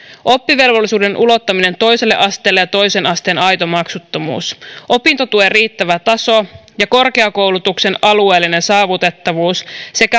oppivelvollisuuden ulottaminen toiselle asteelle ja toisen asteen aito maksuttomuus opintotuen riittävä taso ja korkeakoulutuksen alueellinen saavutettavuus